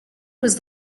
was